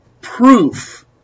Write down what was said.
proof